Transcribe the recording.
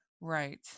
right